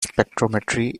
spectrometry